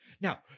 Now